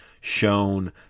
shown